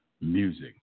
music